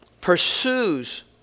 pursues